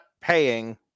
paying